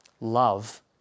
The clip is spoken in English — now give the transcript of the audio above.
love